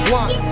one